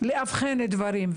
לאבחן דברים.